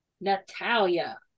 Natalia